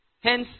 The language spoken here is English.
Hence